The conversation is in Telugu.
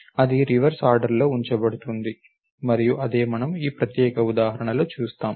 అది రివర్స్ ఆర్డర్లో ఉంచబడుతుంది మరియు అదే మనం ఈ ప్రత్యేక ఉదాహరణలో చూస్తాము